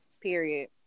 period